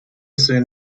soon